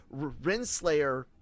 Renslayer